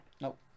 Nope